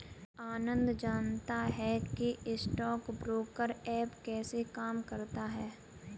आनंद जानता है कि स्टॉक ब्रोकर ऐप कैसे काम करता है?